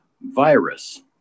virus